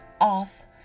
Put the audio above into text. off